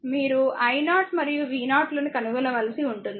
మీరు i0 మరియు v0 లను కనుగొనవలసి ఉంటుంది